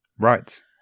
Right